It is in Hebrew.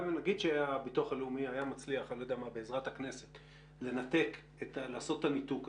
גם אם נגיד שהביטוח הלאומי היה מצליח בעזרת הכנסת לעשות את הניתוק הזה,